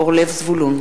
אורי אריאל ודוד אזולאי,